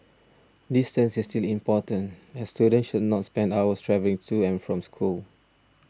distance is still important as students should not spend hours travelling to and from school